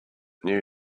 knew